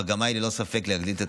המגמה היא ללא ספק להגדיל,